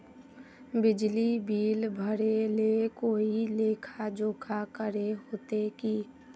बिजली बिल भरे ले कोई लेखा जोखा करे होते की?